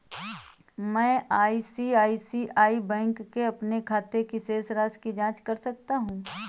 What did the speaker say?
मैं आई.सी.आई.सी.आई बैंक के अपने खाते की शेष राशि की जाँच कैसे कर सकता हूँ?